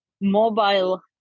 mobile